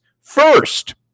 First